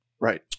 Right